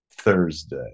Thursday